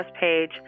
page